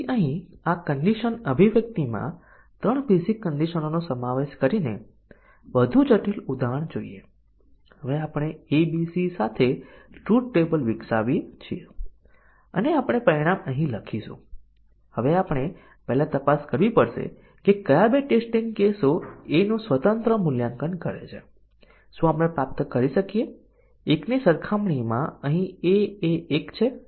તેથી અન્ય 19 ટેસ્ટીંગ ના કિસ્સાઓ ખરેખર નિરર્થક છે પછી ભલે આપણે તે ટેસ્ટીંગ ના કેસો અન્ય 19 ટેસ્ટીંગ ના કેસો લખીએ તો તે કંઇ સારા નથી